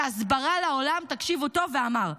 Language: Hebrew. כהסברה לעולם, תקשיבו טוב, ואמר: